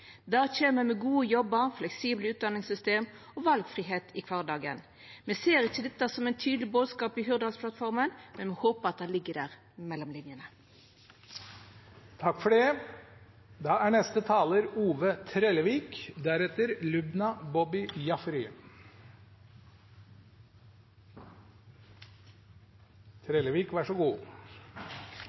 kjem med gode jobbar, fleksible utdanningssystem og valfridom i kvardagen. Me ser ikkje dette som ein tydeleg bodskap i Hurdalsplattforma, men me håper at det ligg der mellom linjene. Petroleumsnæringa på norsk kontinentalsokkel er